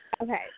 Okay